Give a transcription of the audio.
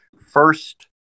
first